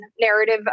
narrative